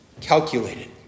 calculated